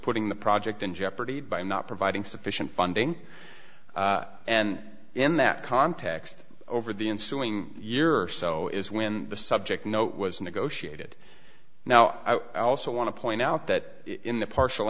putting the project in jeopardy by not providing sufficient funding and in that context over the ensuing year or so is when the subject no was negotiated now i also want to point out that in the partial